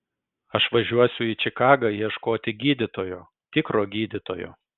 aš važiuosiu į čikagą ieškoti gydytojo tikro gydytojo